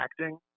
acting